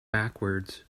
backwards